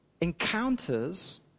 encounters